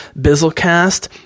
Bizzlecast